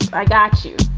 i got you